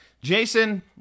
Jason